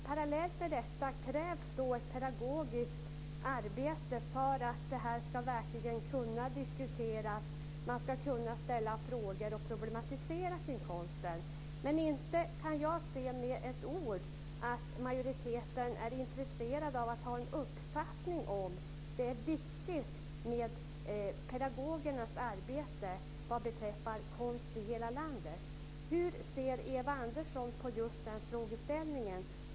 Parallellt med detta krävs ett pedagogiskt arbete för att man ska kunna ställa frågor och problematisera kring konsten. Men jag kan inte se ett enda ord om att majoriteten är intresserad av att ha en uppfattning om att det är viktigt med pedagogernas arbete när det gäller konst i hela landet. Hur ser Eva Arvidsson på den frågeställningen?